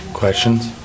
Questions